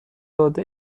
داده